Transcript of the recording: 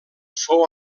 fou